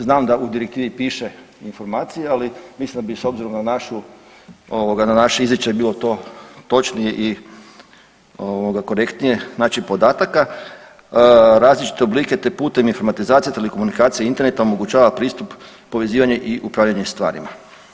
Znam da u direktivi piše informacija, ali mislim da bi s obzirom na naš izričaj bilo to točnije i korektnije, znači podataka, različite oblike te putem informatizacija telekomunikacije internetom omogućava pristup, povezivanje i upravljanje stvarima.